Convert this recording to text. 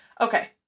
Okay